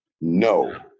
No